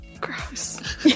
gross